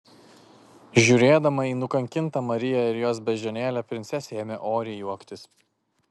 žiūrėdama į nukankintą mariją ir jos beždžionėlę princesė ėmė oriai juoktis